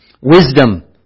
Wisdom